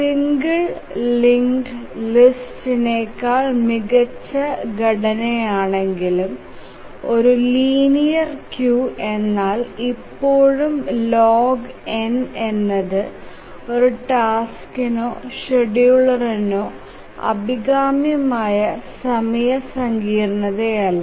single linked ലിസ്റ്റിനേക്കാൾ മികച്ച ഘടനയാണെങ്കിലും ഒരു ലീനിയർ ക്യൂ എന്നാൽ ഇപ്പോഴും logn എന്നത് ഒരു ടാസ്ക്കിനോ ഷെഡ്യൂളറിനോ അഭികാമ്യമായ സമയ സങ്കീർണ്ണതയല്ല